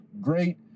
great